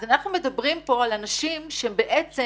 אז אנחנו מדברים פה על אנשים שהם בעצם